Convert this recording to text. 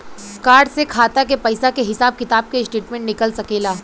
Card से खाता के पइसा के हिसाब किताब के स्टेटमेंट निकल सकेलऽ?